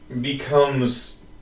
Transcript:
becomes